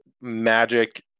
magic